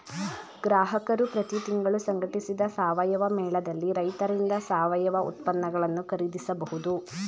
ಗ್ರಾಹಕರು ಪ್ರತಿ ತಿಂಗಳು ಸಂಘಟಿಸಿದ ಸಾವಯವ ಮೇಳದಲ್ಲಿ ರೈತರಿಂದ ಸಾವಯವ ಉತ್ಪನ್ನಗಳನ್ನು ಖರೀದಿಸಬಹುದು